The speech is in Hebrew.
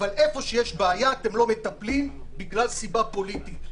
אבל איפה שיש בעיה אתם לא מטפלים בגלל סיבה פוליטית,